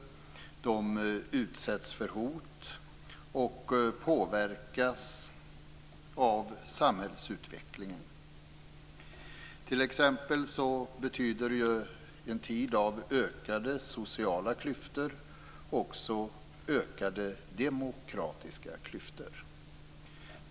De utsätts för hot och påverkas av samhällsutvecklingen. En tid av ökade sociala klyftor betyder också ökade demokratiska klyftor.